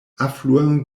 affluent